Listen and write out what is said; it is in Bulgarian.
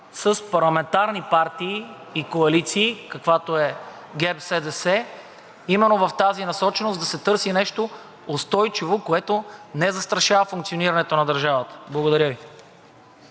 с парламентарни партии и коалиции, каквато е ГЕРБ-СДС, именно в тази насоченост да се търси нещо устойчиво, което не застрашава функционирането на държавата. Благодаря Ви.